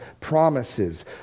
promises